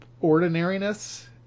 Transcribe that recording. ordinariness